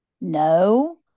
no